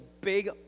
big